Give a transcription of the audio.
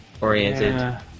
oriented